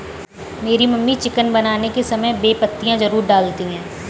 मेरी mummy chicken बनाने के समय बे पत्तियां जरूर डालती हैं